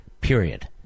period